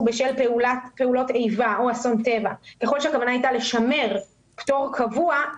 בשל פעולות איבה או אסון טבע - לשמר פטור קבוע.